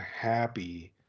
happy